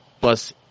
plus